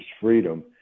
freedom